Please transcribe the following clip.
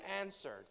answered